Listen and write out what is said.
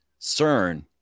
CERN